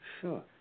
Sure